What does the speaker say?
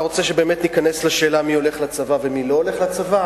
אתה רוצה שבאמת ניכנס לשאלה מי הולך לצבא ומי לא הולך לצבא?